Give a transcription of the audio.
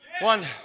one